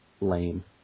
lame